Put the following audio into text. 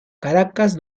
caracas